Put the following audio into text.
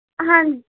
ਹਾਂ